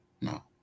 No